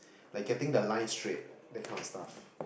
like getting the line straight that kind of stuff